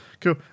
Cool